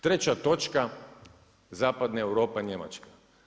Treća točka zapadna Europa, Njemačka.